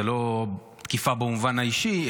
זו לא תקיפה במובן האישי,